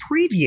preview